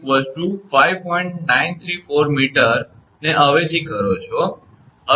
934 𝑚 ને અવેજી કરો છો